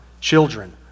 children